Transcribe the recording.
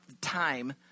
time